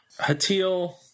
Hatil